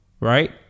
right